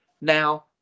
Now